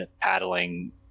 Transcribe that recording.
paddling